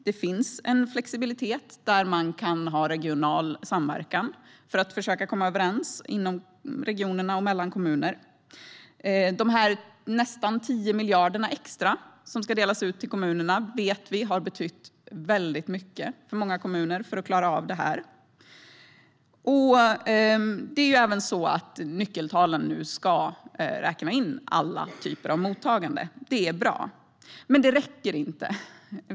Det finns en flexibilitet - man kan ha regional samverkan för att försöka komma överens inom regioner och mellan kommuner. De nästan 10 miljarderna extra som ska delas ut till kommunerna vet vi har betytt väldigt mycket för många kommuner för att klara av det här. Dessutom ska alla typer av mottagande nu räknas in i nyckeltalen. Det här är bra, men det räcker inte.